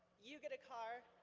you get a car,